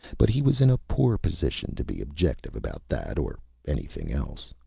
but he was in a poor position to be objective about that or anything else.